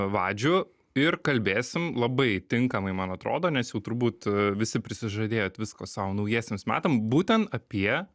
vadžių ir kalbėsim labai tinkamai man atrodo nes jau turbūt visi prisižadėjot visko sau naujiesiems metam būtent apie